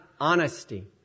honesty